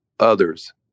others